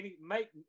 make